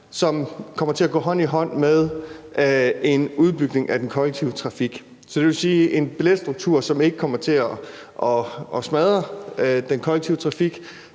som kommer til at gå hånd i hånd med en udbygning af den kollektive trafik, så det vil sige en billetstruktur, som ikke kommer til at smadre den kollektive trafik,